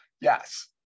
Yes